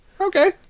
Okay